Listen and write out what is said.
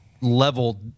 level